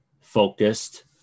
focused